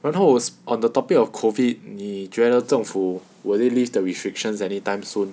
然后 on the topic of COVID 你觉得政府 will they lift the restrictions anytime soon